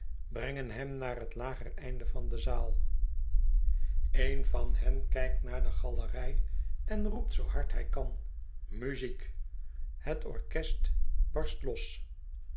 brengen hen naar het lager einde van de zaal een van hen kijkt naar de galerij en roept zoo hard hij kan muziek het orchest barst los